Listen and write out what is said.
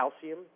calcium